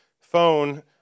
phone